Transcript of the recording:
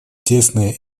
тесные